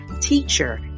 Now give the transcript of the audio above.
teacher